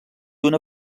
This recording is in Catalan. una